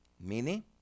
Mini